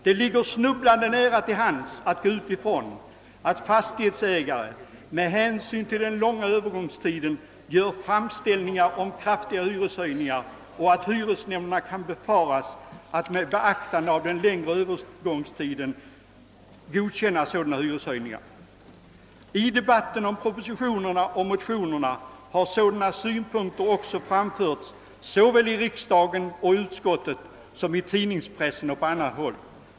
Det ligger snubblande nära till hands att utgå från att fastighetsägare med hänsyn till den långa övergångstiden gör framställningar om kraftiga hyreshöjningar, och hyresnämnderna kan befaras med tanke på den längre övergångstiden komma att godkänna sådana hyreshöjningar. I debatten om propositionen och motionerna har sådana synpunkter också framförts såväl i kamrarna och i utskottet som i tidningspressen och på andra håll.